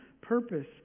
purpose